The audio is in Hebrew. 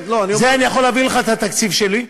זה, אני יכול להביא לך את התקציב שלי.